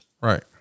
right